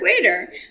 later